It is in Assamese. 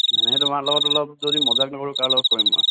এনেই তোমাৰ লগত অলপ যদি মজাক নকৰোঁ কাৰ লগত কৰিম মই